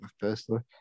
personally